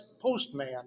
postman